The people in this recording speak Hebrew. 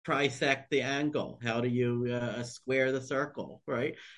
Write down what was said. פריסקט האנגל, איך אתה מנסה לסקור את הסרקול, נכון?